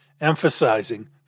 emphasizing